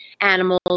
animals